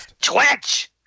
Twitch